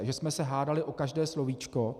Že jsme se hádali o každé slovíčko.